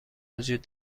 وجود